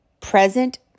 present